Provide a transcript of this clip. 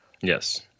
Yes